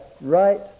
right